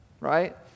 Right